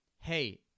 hey –